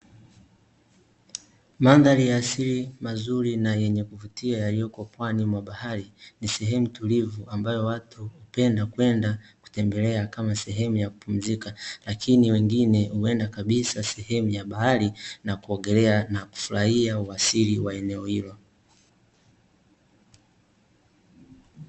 Mandhari ya asili mazuri na yenye kuvutia , yaliyopo pwani mwa bahari, ni sehemu tulivu ambayo watu hupenda kwenda kutembelea , kama sehemu ya kupumzika lakini wengine huenda kabisa sehemu ya bahari , na kuogelea na kufurahia uasili wa eneo hilo.